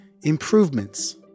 improvements